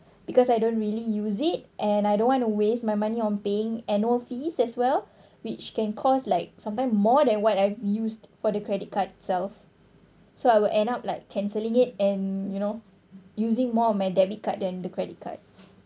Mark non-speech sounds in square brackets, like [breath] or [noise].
because I don't really use it and I don't want to waste my money on paying annual fees as well [breath] which can cost like sometimes more than what I've used for the credit card itself so I will end up like cancelling it and you know using more of my debit card than the credit cards